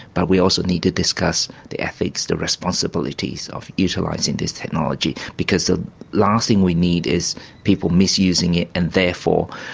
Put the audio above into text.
but we also need to discuss the ethics, the responsibilities of utilising this technology, because the last thing we need is people misusing it and therefore